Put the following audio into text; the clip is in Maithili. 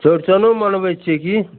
चौरचनो मनबै छिए कि